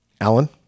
Alan